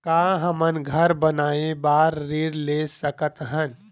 का हमन घर बनाए बार ऋण ले सकत हन?